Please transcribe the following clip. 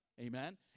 Amen